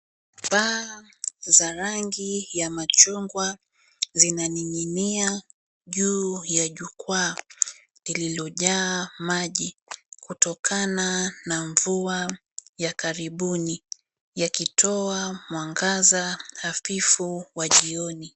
Paa za rangi ya machungwa zinaninginia juu ya jukwaa lilo jaa maji kutokana na mvua ya karibuni yakitoa mwangaza hafifu wa jioni.